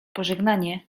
pożegnanie